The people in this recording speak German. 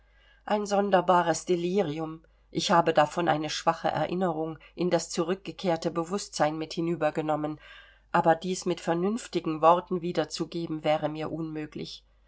ein sonderbares delirium ich habe davon eine schwache erinnerung in das zurückgekehrte bewußtsein mit hinübergenommen aber dies mit vernünftigen worten wiederzugeben wäre mir unmöglich